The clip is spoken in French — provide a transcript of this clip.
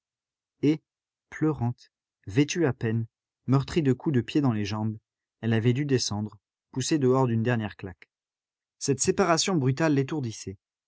et pleurante vêtue à peine meurtrie de coups de pied dans les jambes elle avait dû descendre poussée dehors d'une dernière claque cette séparation brutale